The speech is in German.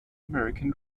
american